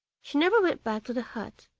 she never went back to the hut,